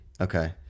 Okay